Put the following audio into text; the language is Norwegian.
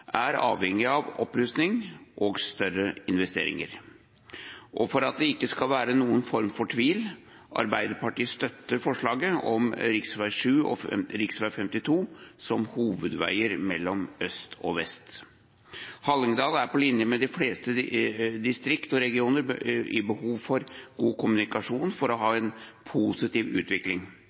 er avhengig av opprustning og større investeringer. Og for at det ikke skal være noen form for tvil: Arbeiderpartiet støtter forslaget om rv. 7 og rv. 52 som hovedveier mellom øst og vest. Hallingdal har, på linje med de fleste distrikter og regioner, behov for god kommunikasjon for å ha en positiv utvikling.